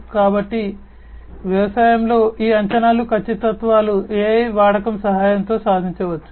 కాబట్టి వ్యవసాయంలో ఈ అంచనాలు ఖచ్చితత్వాలు AI వాడకం సహాయంతో సాధించవచ్చు